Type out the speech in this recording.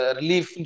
relief